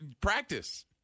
Practice